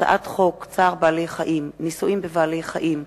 הצעת חוק צער בעלי-חיים (ניסויים בבעלי-חיים)